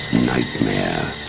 Nightmare